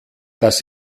das